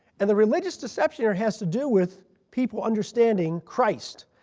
and the religious deception here has to do with people understanding christ.